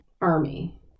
army